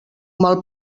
mal